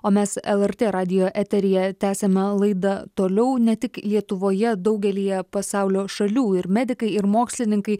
o mes lrt radijo eteryje tęsiame laidą toliau ne tik lietuvoje daugelyje pasaulio šalių ir medikai ir mokslininkai